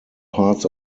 parts